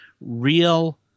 real